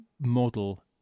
model